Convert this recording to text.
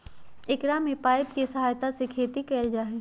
एकरा में पाइप के सहायता से खेती कइल जाहई